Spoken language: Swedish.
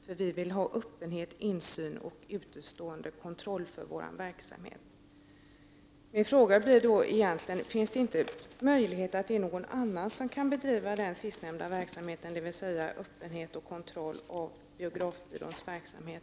För vi vill ju ha öppenhet, insyn och utomstående kontroll av vår verksamhet”. Fråga blir då: Finns det inte möjlighet att låta någon annan än ungdomarna själva bedriva den sistnämnda verksamheten, dvs. att upprätthålla öppenhet i och kontroll av biografbyråns verksamhet?